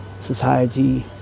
society